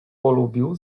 polubił